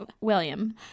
William